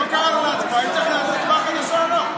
הוא לא קרא לו להצבעה, הצבעה חדשה או לא?